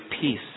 peace